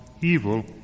evil